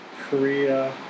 Korea